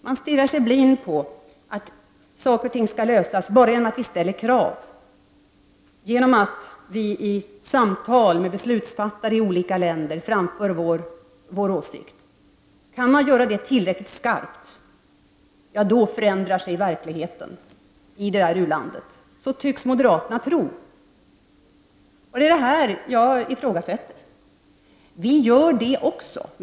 Man stirrar sig blind på att saker och ting skall lösas enbart genom att vi ställer krav och genom att vi i samtal med beslutsfattare i olika länder framför vår åsikt. Kan man göra det tillräckligt skarpt, då förändrar sig verkligheten i det u-landet. Så tycks moderaterna tro. Jag ifrågasätter detta. Vi ställer också krav.